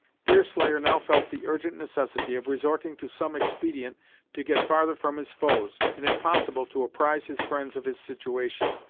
deerslayer now felt the urgent necessity of resorting to some expedient to get farther from his foes, and if possible to apprise his friends of his situation.